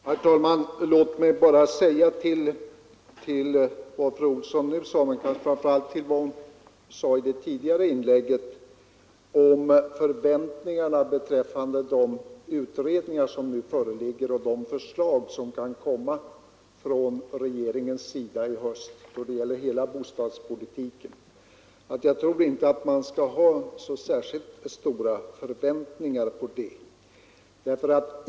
Herr talman! Låt mig bara säga till fru Olsson i Hölö framför allt med anledning av hennes tidigare inlägg om förväntningarna på de utredningar som nu är klara och det förslag som kan komma från regeringens sida i höst då det gäller hela bostadspolitiken, att jag inte tror att man skall ha särskilt stora förväntningar.